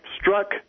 struck